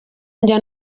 njya